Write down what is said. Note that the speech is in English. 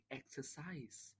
exercise